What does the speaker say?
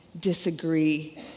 disagree